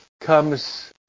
comes